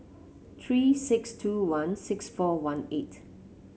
three six two one six four one eight